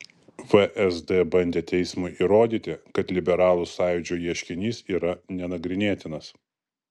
vsd bandė teismui įrodyti kad liberalų sąjūdžio ieškinys yra nenagrinėtinas